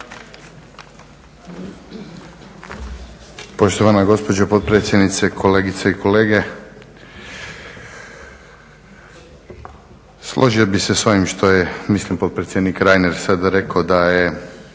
Poštovana gospođo potpredsjednice, kolegice i kolege. Složio bih se s ovim što je potpredsjednik Reiner sada rekao da je